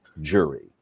jury